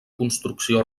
construcció